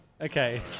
Okay